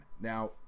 Now